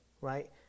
right